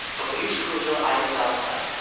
a police cruiser idles outside.